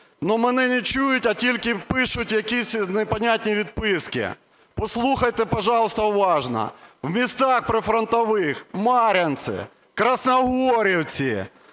мене не чують, а тільки пишуть якісь непонятные відписки. Послухайте, пожалуйста, уважно. В містах прифронтових: в Мар'янці, Красногорівці,